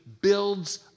builds